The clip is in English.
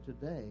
today